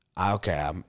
Okay